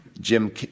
Jim